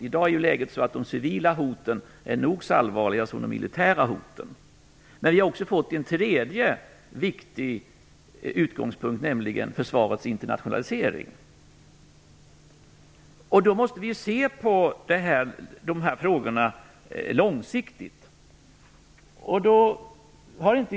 I dag är ju de civila hoten nog så allvarliga som de militära hoten. Men vi har också fått en tredje viktig utgångspunkt, nämligen Försvarets internationalisering. Vi måste se på dessa frågor långsiktigt.